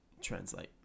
Translate